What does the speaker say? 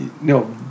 no